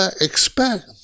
expect